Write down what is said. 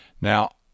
Now